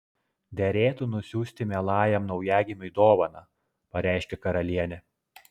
derėtų nusiųsti mielajam naujagimiui dovaną pareiškė karalienė